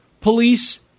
police